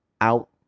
out